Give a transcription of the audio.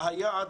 היעד